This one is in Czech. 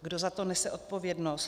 Kdo za to nese odpovědnost?